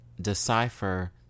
decipher